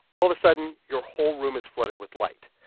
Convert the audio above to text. all of a sudden, your whole room is flooded with light.